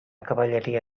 cavalleria